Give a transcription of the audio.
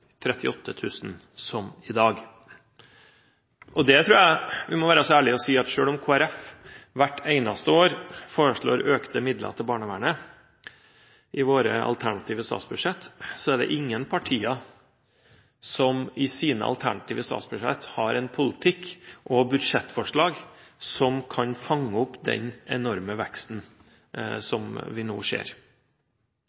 000, som i dag. Jeg tror vi må være så ærlige å si at selv om vi i Kristelig Folkeparti hvert eneste år foreslår økte midler til barnevernet i våre alternative statsbudsjett, er det ingen partier som i sine alternative statsbudsjett har en politikk og et budsjettforslag som kan fange opp den enorme veksten